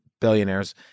billionaires